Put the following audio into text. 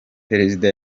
perezida